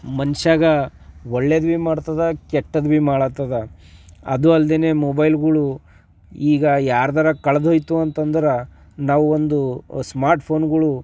ಮನುಷ್ಯಗೆ ಒಳ್ಳೇದು ಭೀ ಮಾಡ್ತಿದೆ ಕೆಟ್ಟದು ಭೀ ಮಾಡ್ತಿದೆ ಅದು ಅಲ್ದೇ ಮೊಬೈಲ್ಗಳು ಈಗ ಯಾರ್ದಾರು ಕಳೆದೋಯ್ತು ಅಂತಂದ್ರೆ ನಾವು ಒಂದು ಸ್ಮಾರ್ಟ್ ಫೋನ್ಗಳು